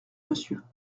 monsieur